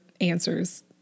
answers